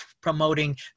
promoting